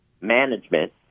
management